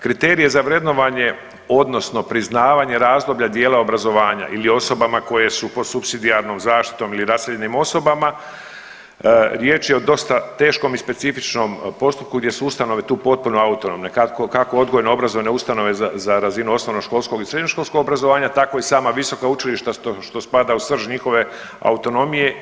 Kriterije za vrednovanje odnosno priznavanje razdoblja dijela obrazovanja ili osobama koje su pod supsidijarnom zaštitom ili raseljenim osobama, riječ je o dosta teškom i specifičnom postupku gdje su ustanove tu potpuno autonomne kako odgojno obrazovne ustanove za razinu osnovnoškolskog i srednjoškolskog obrazovanja tako i sama visoka učilišta što spada u srž njihove autonomije.